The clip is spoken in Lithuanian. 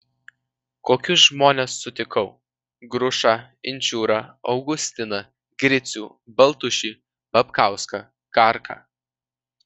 kokius žmones sutikau grušą inčiūrą augustiną gricių baltušį babkauską karką